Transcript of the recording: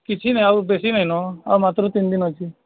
କିଛି ନାହିଁ ଆଉ ବେଶୀ ନାହିଁ ଆଉ ମାତ୍ର ତିନ ଦିନ ଅଛି